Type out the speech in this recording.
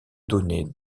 données